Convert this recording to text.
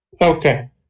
Okay